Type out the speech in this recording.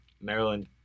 Maryland